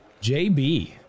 JB